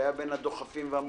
שהיה בין הדוחפים והמובילים,